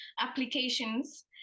applications